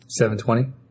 720